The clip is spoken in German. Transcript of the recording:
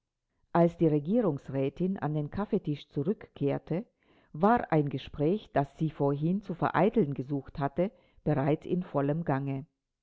als die regierungsrätin an den kaffeetisch zurückkehrte war ein gespräch das sie vorhin zu vereiteln gesucht hatte bereits im vollen gange